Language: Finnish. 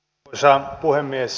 arvoisa puhemies